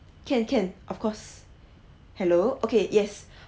can can of course hello okay yes